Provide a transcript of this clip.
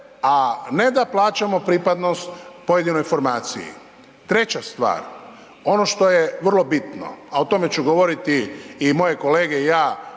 a ne da plaćamo pripadnost pojedinoj formaciji. Treća stvar, ono što je vrlo bitno a o tome će govoriti i moje kolege i ja,